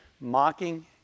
mocking